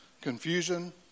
confusion